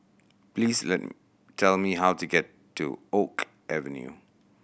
please tell me how to get to Oak Avenue